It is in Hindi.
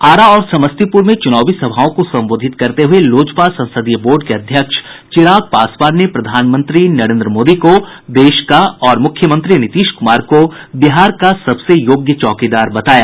आरा और समस्तीपुर में चुनावी सभाओं को संबोधित करते हुये लोजपा संसदीय बोर्ड के अध्यक्ष चिराग पासवान ने प्रधानमंत्री नरेंद्र मोदी को देश का और मुख्यमंत्री नीतीश कुमार को बिहार का सबसे योग्य चौकीदार बताया